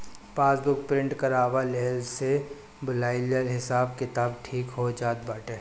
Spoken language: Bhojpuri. पासबुक प्रिंट करवा लेहला से भूलाइलो हिसाब किताब ठीक हो जात बाटे